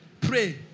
Pray